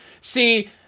See